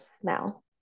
smell